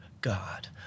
God